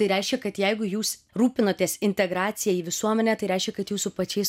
tai reiškia kad jeigu jūs rūpinotės integracija į visuomenę tai reiškia kad jūsų pačiais